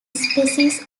species